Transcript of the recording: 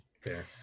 fair